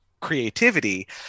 creativity